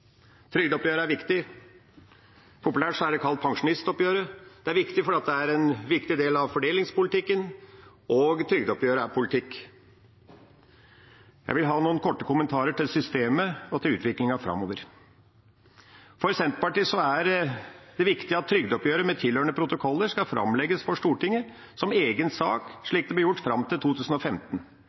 Trygdeoppgjøret er viktig – populært er det kalt pensjonistoppgjøret. Det er viktig fordi det er en viktig del av fordelingspolitikken, og trygdeoppgjøret er politikk. Jeg vil gi noen korte kommentarer til systemet og til utviklingen framover. For Senterpartiet er det viktig at trygdeoppgjøret med tilhørende protokoller skal framlegges for Stortinget som egen sak, slik det ble gjort fram til 2015.